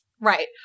Right